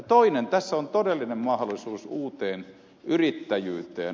toinen tässä on todellinen mahdollisuus uuteen yrittäjyyteen